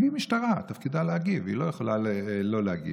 והיא משטרה, תפקידה להגיב, היא לא יכולה לא להגיב.